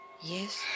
Yes